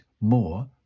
more